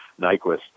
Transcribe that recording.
Nyquist